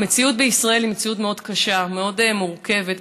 המציאות בישראל היא מציאות מאוד קשה ומאוד מורכבת.